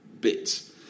bits